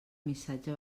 missatge